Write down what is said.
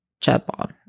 chatbot